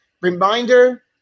Reminder